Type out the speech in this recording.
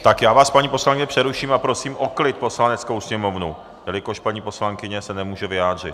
Tak já vás, paní poslankyně, přeruším, a prosím o klid Poslaneckou sněmovnu, jelikož paní poslankyně se nemůže vyjádřit.